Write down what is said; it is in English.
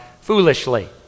foolishly